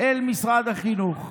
אל משרד החינוך.